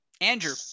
Andrew